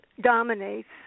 dominates